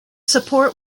support